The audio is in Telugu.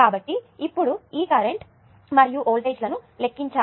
కాబట్టి ఇప్పుడు ఈ కరెంటు మరియు వోల్టేజ్లను లెక్కించాలి